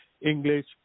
English